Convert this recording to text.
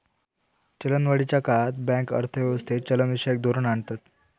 चलनवाढीच्या काळात बँक अर्थ व्यवस्थेत चलनविषयक धोरण आणतत